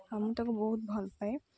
ମୁଁ ତାକୁ ବହୁତ ଭଲପାଏ